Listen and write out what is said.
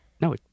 No